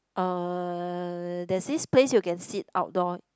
uh there's this place you can sit outdoor